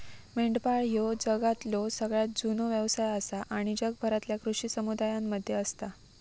मेंढपाळ ह्यो जगातलो सगळ्यात जुनो व्यवसाय आसा आणि जगभरातल्या कृषी समुदायांमध्ये असता